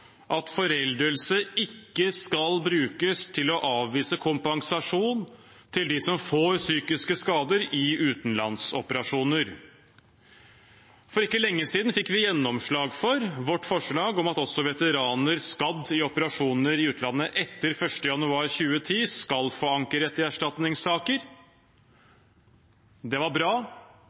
at foreldelse ikke skal brukes til å avvise kompensasjon til dem som får psykiske skader i utenlandsoperasjoner. For ikke lenge siden fikk vi gjennomslag for vårt forslag om at også veteraner skadd i operasjoner i utlandet etter 1. januar 2010, skal få ankerett i erstatningssaker. Det er bra,